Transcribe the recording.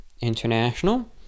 International